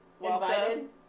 invited